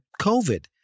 COVID